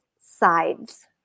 sides